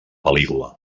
pel·lícula